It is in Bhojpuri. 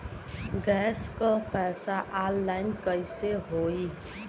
गैस क पैसा ऑनलाइन कइसे होई?